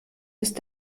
ist